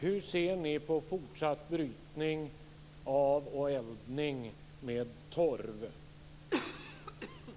Hur ser ni på fortsatt brytning av och eldning med torv?